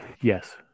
Yes